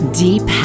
deep